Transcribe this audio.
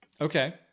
Okay